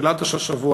בתחילת השבוע,